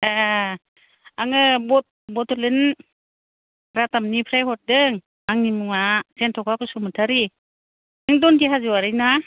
ए आङो बड'लेण्ड रादाबनिफ्राय हरदों आंनि मुंआ जेनथखा बसुमथारि नों दन्दि हाजवारि ना